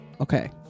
okay